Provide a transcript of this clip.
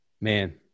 Man